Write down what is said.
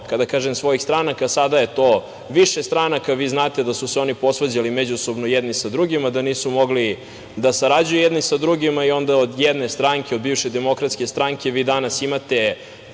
kada kažem svojih stranaka, sada je to više stranaka… Vi znate da su se oni posvađali međusobno jedni sa drugima, da nisu mogli da sarađuju jedni sa drugima i onda od jedne stranke, od bivše DS, vi danas imate